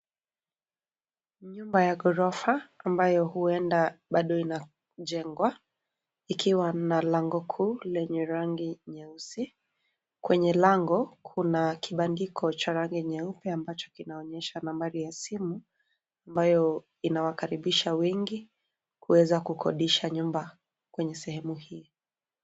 Nyumba ya ghorofa, ambayo huenda, bado ina, jengwa, ikiwa na lango kuu lenye rangi nyeusi, kwenye lango, kuna kibandiko cha rangi nyeupe ambacho kinaonyesha nambari ya simu, ambayo, inawakaribisha wengi, kuweza kukodisha nyumba, kwenye sehemu hii.